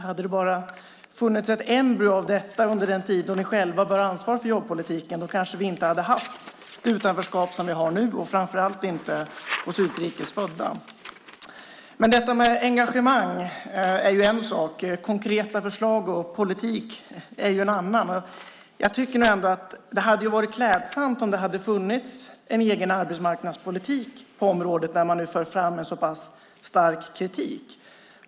Hade det funnits ett embryo av detta under den tid då ni själva bar ansvar för jobbpolitiken kanske vi inte hade haft utanförskap som vi har nu och framför allt inte hos utrikes födda. Men engagemang är ju en sak. Konkreta förslag och politik är en annan. Jag tycker att det hade varit klädsamt om det hade funnits en egen arbetsmarknadspolitik på området när man nu för fram en så pass stark kritik.